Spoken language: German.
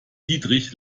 dietrich